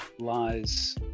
lies